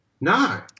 No